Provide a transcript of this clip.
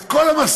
את כל המסורת,